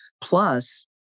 plus